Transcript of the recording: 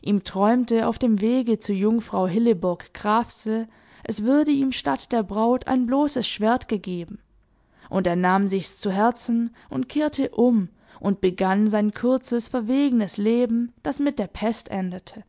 ihm träumte auf dem wege zu jungfrau hilleborg krafse es würde ihm statt der braut ein bloßes schwert gegeben und er nahm sichs zu herzen und kehrte um und begann sein kurzes verwegenes leben das mit der pest endete